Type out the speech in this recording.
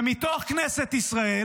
ומתוך כנסת ישראל,